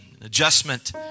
adjustment